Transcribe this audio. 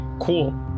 cool